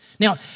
Now